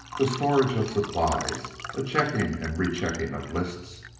the storage of supplies, a checking and rechecking of lists,